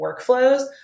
workflows